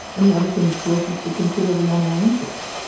and the other thing of course is to consider the animal interests.